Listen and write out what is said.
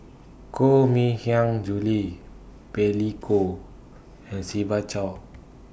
Koh MI Hiang Julie Billy Koh and Siva Choy